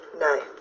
No